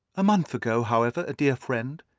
a month ago, however, a dear friend,